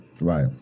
Right